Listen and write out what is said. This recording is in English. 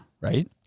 Right